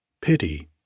pity